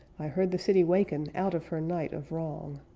i heard the city waken out of her night of wrong.